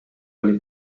oli